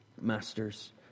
masters